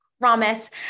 promise